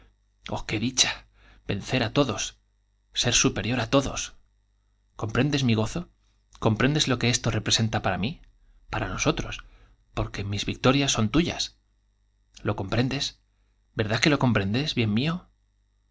oh qué dicha j vencer á todos ser superior á todos com prendes mi gozo comprendes lo que esto representa para mí para nosotros porque mis victorias son tuyas lo comprendes verdad que lo comprendes bien mío